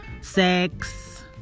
sex